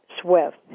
Swift